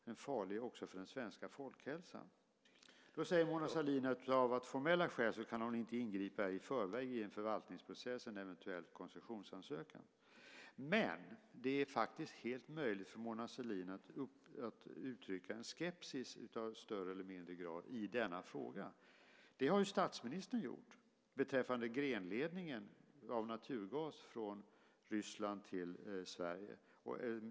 Den är även farlig för den svenska folkhälsan. Sedan säger Mona Sahlin att hon av formella skäl i förväg inte kan ingripa i en förvaltningsprocess och en eventuell koncessionsansökan, men det är faktiskt möjligt för Mona Sahlin att uttrycka en skepsis av större eller mindre grad i denna fråga. Det har ju statsministern gjort beträffande grenledningen av naturgas från Ryssland till Sverige.